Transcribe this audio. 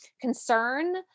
concern